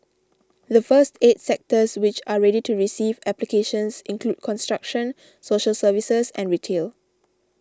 the first eight sectors which are ready to receive applications include construction social services and retail